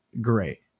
great